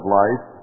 life